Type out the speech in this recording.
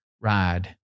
ride